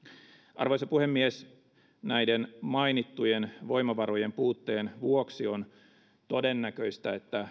arvoisa puhemies näiden mainittujen voimavarojen puutteen vuoksi on todennäköistä että